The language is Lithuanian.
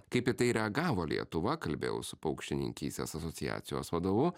kaip į tai reagavo lietuva kalbėjau su paukštininkystės asociacijos vadovu